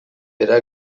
behera